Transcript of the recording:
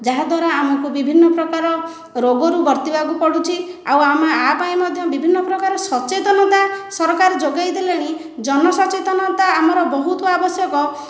ଯାହାଦ୍ୱାରା ଆମକୁ ବିଭିନ୍ନ ପ୍ରକାର ରୋଗରୁ ବର୍ତ୍ତିବାକୁ ପଡୁଛି ଆଉ ଆମେ ଏହା ପାଇଁ ମଧ୍ୟ ବିଭିନ୍ନ ପ୍ରକାର ସଚେତନତା ସରକାର ଯୋଗାଇ ଦେଲେଣି ଜନସଚେତନତା ଆମର ବହୁତ ଆବଶ୍ୟକ